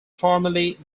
formerly